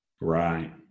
Right